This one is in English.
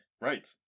Right